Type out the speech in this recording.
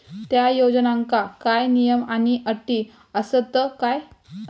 त्या योजनांका काय नियम आणि अटी आसत काय?